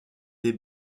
des